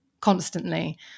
constantly